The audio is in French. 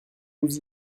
nous